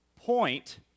Point